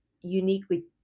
uniquely